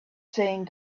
saying